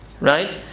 right